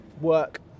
work